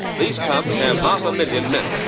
these clubs have half a million